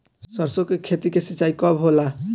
सरसों की खेती के सिंचाई कब होला?